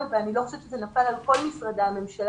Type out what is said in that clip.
ואני לא חושבת שזה נפל על כל משרדי הממשלה,